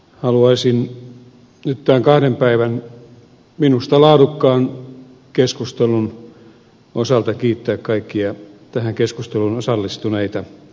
haluaisin nyt tämän kahden päivän minusta laadukkaan keskustelun osalta kiittää kaikkia tähän keskusteluun osallistuneita